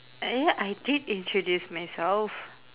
ya I did introduce myself